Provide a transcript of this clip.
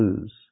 lose